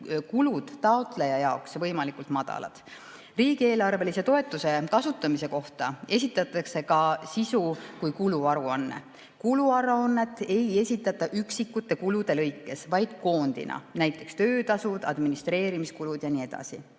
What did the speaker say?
kulud taotleja jaoks võimalikult madalad. Riigieelarvelise toetuse kasutamise kohta esitatakse nii sisu‑ kui ka kuluaruanne. Kuluaruannet ei esitata üksikute kulude lõikes, vaid koondina, näiteks töötasud, administreerimiskulud jne.